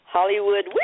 Hollywood